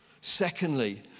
Secondly